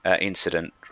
incident